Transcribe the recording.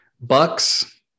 Bucks